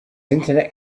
internet